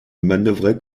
manœuvrait